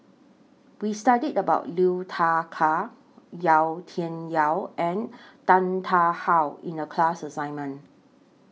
We studied about Liu Thai Ker Yau Tian Yau and Tan Tarn How in The class assignment